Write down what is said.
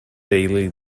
daily